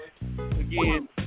again